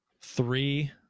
three